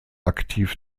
aktiv